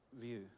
view